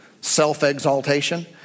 Self-exaltation